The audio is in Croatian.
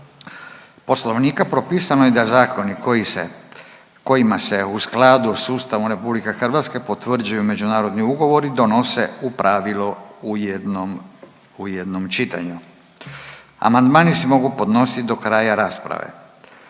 Poslovnika propisano je da zakoni koji se, kojima se u skladu s Ustavom RH potvrđuju međunarodni ugovori donose u pravilu u jednom, u jednom čitanju. Amandmani se mogu podnosit do kraja rasprave